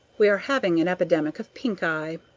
we are having an epidemic of pinkeye.